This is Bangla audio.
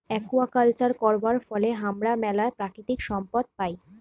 আকুয়াকালচার করবার ফলে হামরা ম্যালা প্রাকৃতিক সম্পদ পাই